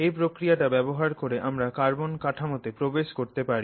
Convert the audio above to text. এই প্রক্রিয়াটা ব্যবহার করে আমরা কার্বন কাঠামোতে প্রবেশ করতে পারি